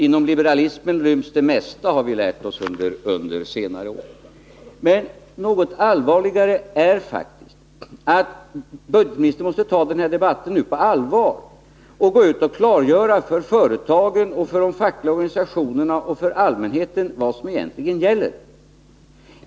Inom liberalismen ryms det mesta, har vi lärt oss under senare tid. Men budgetministern måste ta den här debatten på allvar och gå ut och klargöra för företagen, de fackliga organisationerna och allmänheten vad som egentligen gäller.